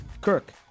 Kirk